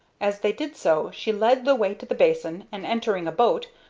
as they did so she led the way to the basin, and, entering a boat,